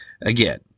again